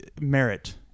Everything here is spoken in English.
Merit